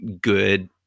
good